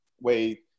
wait